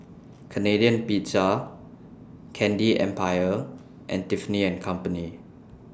Canadian Pizza Candy Empire and Tiffany and Company